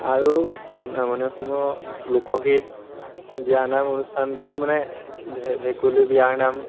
আৰু নামনি অসমৰ লোকগীত বিয়াৰ নাম অনুষ্ঠানটো মানে ভেকুলী বিয়াৰ নাম